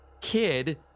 kid